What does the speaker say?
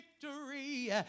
victory